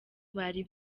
bari